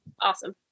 Awesome